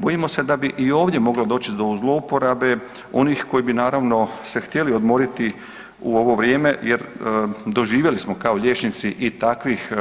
Bojimo se da bi i ovdje moglo doći do zlouporabe onih koji bi naravno se htjeli odmoriti u ovo vrijeme jer doživjeli smo kao liječnici i takvih